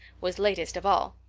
was latest of all.